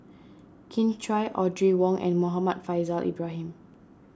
Kin Chui Audrey Wong and Muhammad Faishal Ibrahim